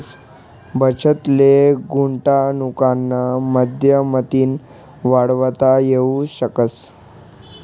बचत ले गुंतवनुकना माध्यमतीन वाढवता येवू शकस